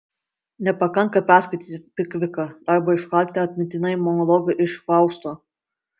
nepakanka perskaityti pikviką arba iškalti atmintinai monologą iš fausto